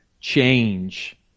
change